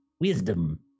wisdom